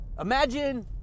imagine